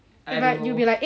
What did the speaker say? you be like eh